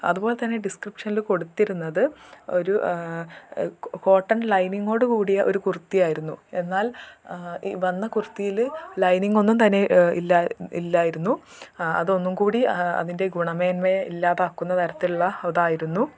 അതുപോലെ തന്നെ ഡിസ്ക്രിപ്ഷനിൽ കൊടുത്തിരുന്നത് ഒരു കോട്ടൺ ലൈനിംഗോടു കൂടിയ ഒരുകുർത്തി ആയിരുന്നു എന്നാൽ വന്ന കുർത്തിയിൽ ലൈനിങ് ഒന്നും തന്നെ ഇല്ലായി ഇല്ലായിരുന്നു അതൊന്നും കൂടി അതിൻ്റെ ഗുണമേന്മയെ ഇല്ലാതാക്കുന്ന തരത്തിലുള്ള ഇതായിരുന്നു